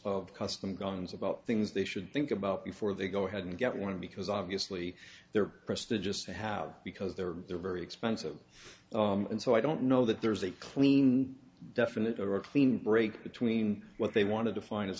of custom guns about things they should think about before they go ahead and get one because obviously they're prestigious to have because they're they're very expensive and so i don't know that there's a clean definite or a clean break between what they want to define as